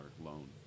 loan